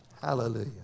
Hallelujah